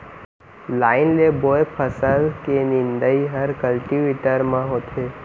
line ले बोए फसल के निंदई हर कल्टीवेटर म होथे